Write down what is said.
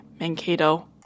Mankato